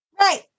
Right